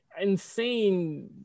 insane